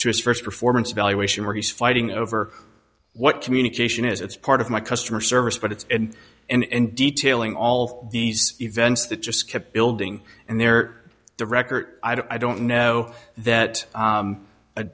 st performance evaluation where he's fighting over what communication is it's part of my customer service but it's and and and detailing all these events that just kept building and there the record i don't know that